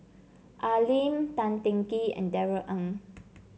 Al Lim Tan Teng Kee and Darrell Ang